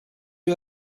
you